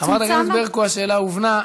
חברת הכנסת ברקו, השאלה הובנה.